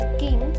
king